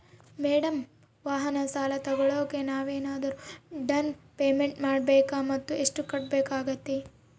Madam ವಾಹನ ಸಾಲ ತೋಗೊಳೋಕೆ ನಾವೇನಾದರೂ ಡೌನ್ ಪೇಮೆಂಟ್ ಮಾಡಬೇಕಾ ಮತ್ತು ಎಷ್ಟು ಕಟ್ಬೇಕಾಗ್ತೈತೆ?